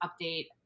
update